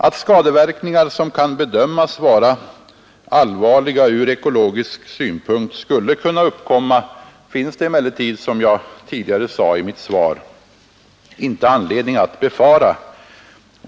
Att skadeverkningar som kan bedömas vara allvarliga ur ekologisk synpunkt skulle kunna uppkomma finns det emellertid, som jag tidigare sade i mitt svar, inte anledning att befara.